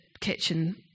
kitchen